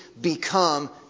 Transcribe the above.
become